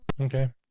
Okay